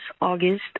august